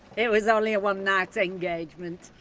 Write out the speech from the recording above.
it was only a one night engagement.